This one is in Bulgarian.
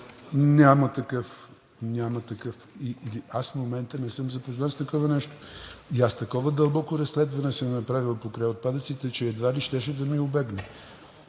Няма такъв или аз в момента не съм запознат с такова нещо. Аз такова дълбоко разследване съм направил покрай отпадъците, че едва ли щеше да ми убегне.